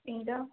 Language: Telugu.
ఇంకా